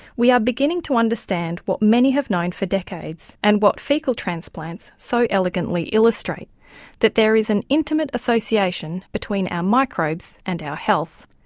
we are beginning to understand what many have known for decades and what faecal transplants so elegantly illustrate that there is an intimate association between our microbes and our health.